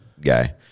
guy